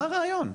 מה הרעיון?